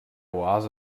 oase